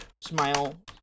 Smile